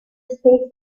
space